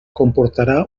comportarà